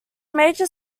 major